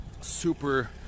super